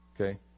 Okay